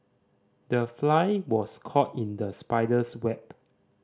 the fly was caught in the spider's web